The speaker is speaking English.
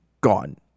gone